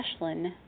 Ashlyn